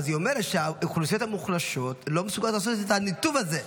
אז היא אומרת שהאוכלוסיות המוחלשות לא מסוגלות לעשות את הניתוב הזה.